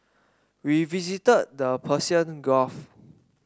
we visited the Persian Gulf